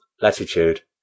latitude